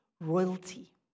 royalty